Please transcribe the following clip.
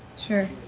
sure.